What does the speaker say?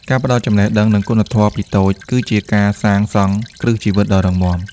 ការផ្ដល់ចំណេះដឹង និងគុណធម៌ពីតូច គឺជាការសាងសង់គ្រឹះជីវិតដ៏រឹងមាំ។